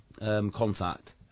Contact